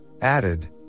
added